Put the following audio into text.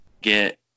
get